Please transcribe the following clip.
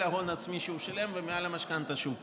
ההון העצמי שהוא שילם ומעל המשכנתה שהוא קיבל.